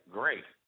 great